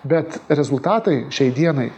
bet rezultatai šiai dienai